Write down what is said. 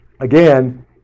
Again